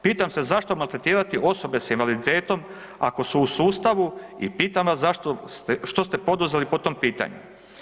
Pitam se zašto maltretirati osobe s invaliditetom ako su u sustavu i pitam vas što ste poduzeli po tom pitanju?